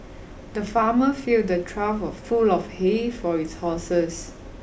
the farmer filled a trough full of hay for his horses